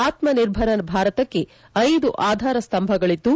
ಆತ್ಮ ನಿರ್ಭರ ಭಾರತಕ್ಕೆ ಐದು ಆಧಾರ ಸ್ತಂಭಗಳಿದ್ದು